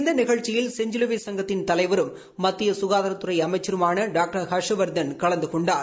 இந்த நிகழ்ச்சியில் செஞ்சிலுவை சங்கத்தின் தலைவரும் மத்திய சுகாதாரத்துறை அமைச்சருமான டாக்டர் ஹர்ஷவர்தன் கலந்து கொண்டார்